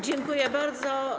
Dziękuję bardzo.